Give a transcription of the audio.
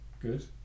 Good